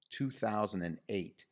2008